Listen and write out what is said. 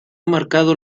marcado